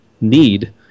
need